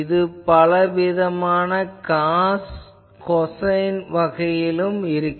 இது பலவிதமான காஸ் கோசைன் வகையிலும் இருக்கும்